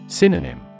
Synonym